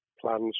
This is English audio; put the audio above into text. plans